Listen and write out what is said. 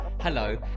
Hello